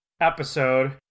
episode